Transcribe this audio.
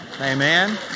Amen